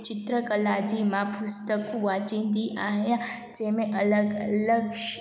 चित्र कला जी मां पुस्तकूं वाचींदी आहियां जंहिं में अलॻि अलॻि